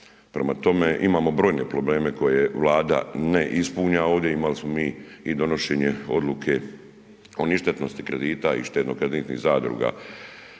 Prema tome, imamo brojne probleme koje Vlada ne ispunja ovdje, imali smo mi i donošenje odluke o ništetnosti kredita i štednokreditnih zadruga,